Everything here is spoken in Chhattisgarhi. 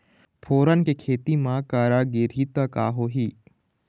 फोरन के खेती म करा गिरही त का होही?